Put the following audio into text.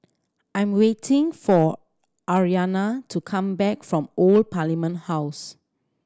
I am waiting for Aryanna to come back from Old Parliament House